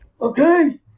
Okay